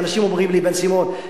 ואנשים אומרים לי: בן-סימון,